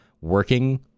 working